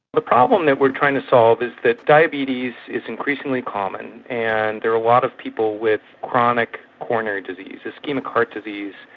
the problem that we are trying to solve is that diabetes is increasingly common, and there are a lot of people with chronic coronary disease, ischaemic heart disease,